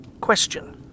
question